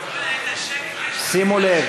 שימו לב,